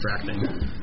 distracting